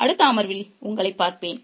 அடுத்த அமர்வில் உங்களைப் பார்ப்பேன்